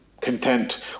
content